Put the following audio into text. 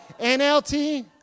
nlt